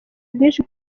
bwinshi